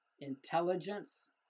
intelligence